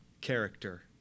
character